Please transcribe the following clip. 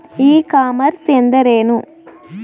E commerce ಎಂದರೇನು?